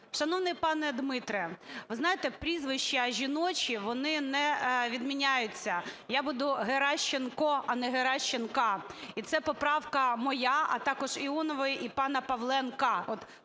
Шановний пане Дмитре, ви знаєте, прізвища жіночі, вони не відмінюються, я буду "Геращенко", а не "Геращенка". І це поправка моя, а також Іонової і пана Павленка.